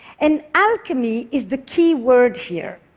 and alchemy is the key word here,